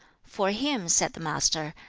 for him said the master,